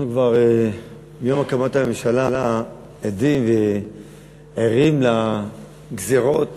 אנחנו כבר מיום הקמת הממשלה עדים וערים לגזירות